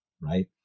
right